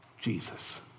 Jesus